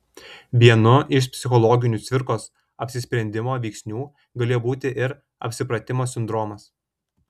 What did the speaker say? vienu iš psichologinių cvirkos apsisprendimo veiksnių galėjo būti ir apsipratimo sindromas